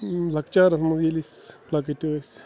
لۄکچارَس منٛز ییٚلہِ أسۍ لۄکٕٹۍ ٲسۍ